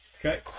okay